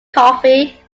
coffee